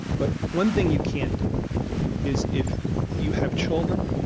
but one thing you can't do is, if you have children,